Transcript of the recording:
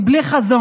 היא בלי חזון,